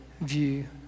view